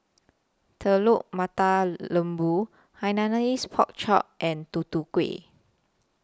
Telur Mata Lembu Hainanese Pork Chop and Tutu Kueh